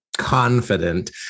confident